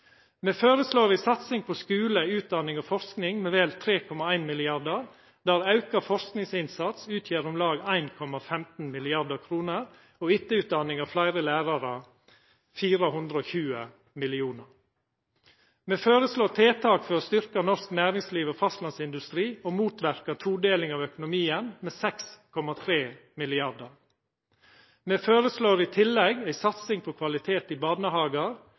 Me føreslår ei satsing på skule, utdanning og forsking på vel 3,1 mrd. kr, der den auka forskingsinnsatsen utgjer om lag 1,15 mrd. kr, og etterutdanning av fleire lærarar utgjer 420 mill. kr. Me føreslår tiltak for å styrkja norsk næringsliv og fastlandsindustrien og for å motverka todelinga av økonomien på 6,3 mrd. kr. Me føreslår i tillegg ei satsing på kvalitet i barnehagar,